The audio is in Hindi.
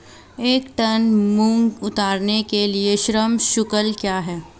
एक टन मूंग उतारने के लिए श्रम शुल्क क्या है?